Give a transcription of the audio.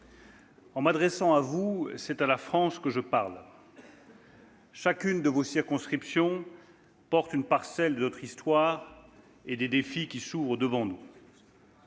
En m'adressant à vous, c'est à la France que je parle. Chacune de vos circonscriptions porte une parcelle de notre histoire et des défis qui s'ouvrent à nous.